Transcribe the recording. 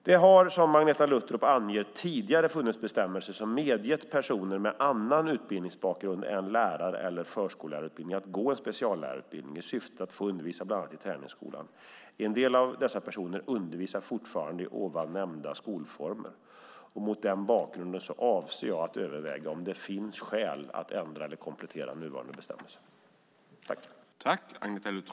Det har, som Agneta Luttropp anger, tidigare funnits bestämmelser som medgett personer med annan utbildningsbakgrund än lärar eller förskollärarutbildning att gå en speciallärarutbildning i syfte att få undervisa i bland annat träningsskolan. En del av dessa personer undervisar fortfarande i ovan nämnda skolformer. Mot denna bakgrund avser jag att överväga om det finns skäl att ändra eller komplettera nuvarande bestämmelser.